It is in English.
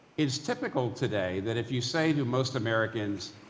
it's typical today that, if you say to most americans,